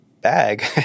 bag